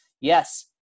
Yes